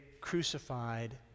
crucified